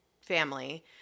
family